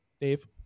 Dave